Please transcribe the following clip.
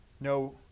No